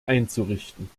einzurichten